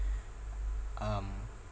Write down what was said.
um